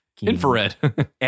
Infrared